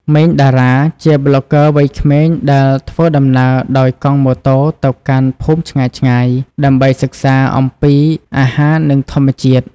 ម៉េង តារា ជាប្លុកហ្គើវ័យក្មេងដែលធ្វើដំណើរដោយកង់ម៉ូតូទៅកាន់ភូមិឆ្ងាយៗដើម្បីសិក្សាអំពីអាហារនិងធម្មជាតិ។